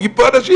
הורגים פה אנשים'.